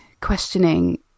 questioning